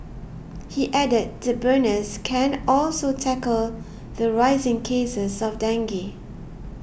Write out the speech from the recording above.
he added the burners can also tackle the rising cases of dengue